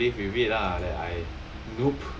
but you need to live with it lah that I